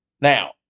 Now